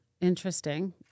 interesting